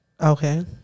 Okay